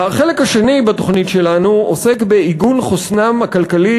החלק השני בתוכנית שלנו עוסק בעיגון חוסנו הכלכלי